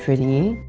pretty.